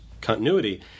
continuity